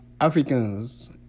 Africans